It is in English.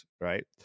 right